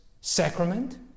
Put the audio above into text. sacrament